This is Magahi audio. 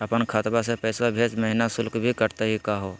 अपन खतवा से पैसवा भेजै महिना शुल्क भी कटतही का हो?